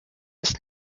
ist